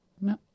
No